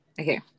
Okay